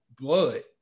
blood